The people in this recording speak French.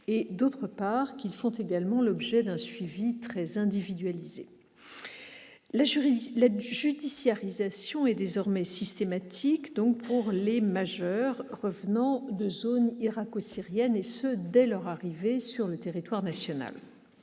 et, d'autre part, d'un suivi très individualisé. La judiciarisation est désormais systématique pour les majeurs revenant de la zone irako-syrienne, et ce dès leur arrivée sur le territoire national.